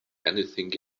anything